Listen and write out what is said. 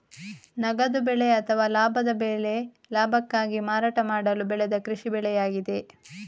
ನಗದು ಬೆಳೆ ಅಥವಾ ಲಾಭದ ಬೆಳೆ ಲಾಭಕ್ಕಾಗಿ ಮಾರಾಟ ಮಾಡಲು ಬೆಳೆದ ಕೃಷಿ ಬೆಳೆಯಾಗಿದೆ